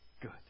good